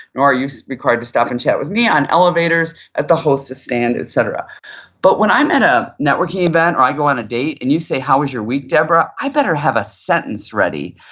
nor are you required to stop and chat with me on elevators, at the hostess stand, et cetera but when i'm at a networking event or i go on a date and you say how was your week, debra? i better have a sentence ready.